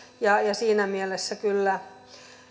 siinä mielessä kyllä